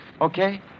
Okay